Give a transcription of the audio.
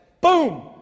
boom